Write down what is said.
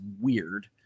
weird